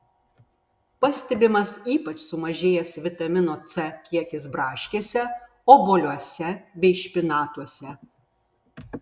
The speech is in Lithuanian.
pastebimas ypač sumažėjęs vitamino c kiekis braškėse obuoliuose bei špinatuose